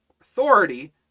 authority